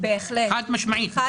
חד-משמעית,